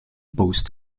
post